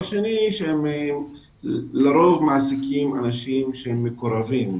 שנית, הן לרוב מעסיקות מקורבים,